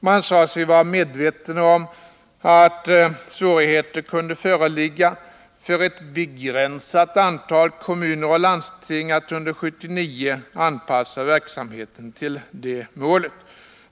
Man sade sig vara medveten om att svårigheter kunde föreligga för ett begränsat antal kommuner och landsting att under 1979 anpassa verksamheten till det målet.